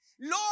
Lord